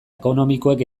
ekonomikoek